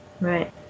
Right